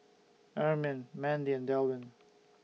Ermine Mandi and Delwin